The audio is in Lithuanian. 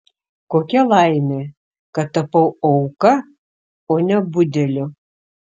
kokia laimė kad tapau auka o ne budeliu